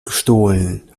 gestohlen